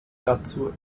dazu